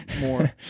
more